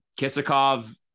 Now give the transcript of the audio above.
Kisikov